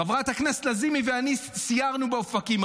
חברת הכנסת לזימי ואני סיירנו באופקים,